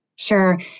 Sure